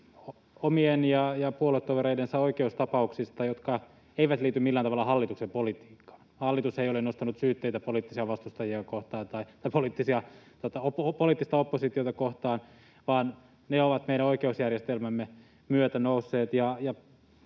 omista ja puoluetovereidensa oikeustapauksista, jotka eivät liity millään tavalla hallituksen politiikkaan. Hallitus ei ole nostanut syytteitä poliittista oppositiota kohtaan, vaan ne ovat meidän oikeusjärjestelmämme myötä nousseet.